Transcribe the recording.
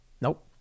nope